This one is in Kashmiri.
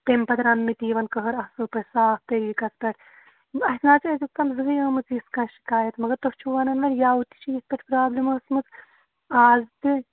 تمہِ پَتہٕ رَننہٕ تہِ یِوان کٔہر اَصٕل پٲٹھۍ صاف طٔریٖقَس پٮ۪ٹھ اَسہِ نہ حظ چھِ أزیُک تام زٕہٕے آمٕژ یِژھ کانٛہہ شِکایت مگر تُہۍ چھِو وَنان مےٚ یَوٕ تہِ چھِ یِتھ پٲٹھۍ پرٛابلِم ٲسمٕژ آز تہِ